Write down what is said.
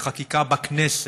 בחקיקה בכנסת,